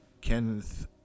Kenneth